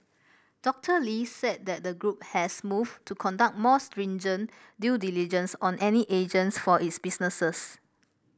Doctor Lee said that the group has moved to conduct more stringent due diligence on any agents for its businesses